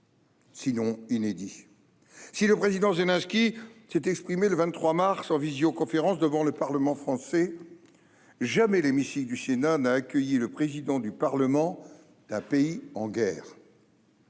sinon inédit. Si le président Zelensky s'est exprimé le 23 mars 2022 en visioconférence devant le parlement français, jamais l'hémicycle du Sénat n'a accueilli le président du parlement d'un pays en guerre.